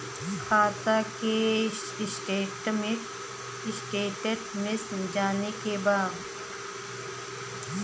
खाता के स्टेटमेंट जाने के बा?